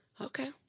Okay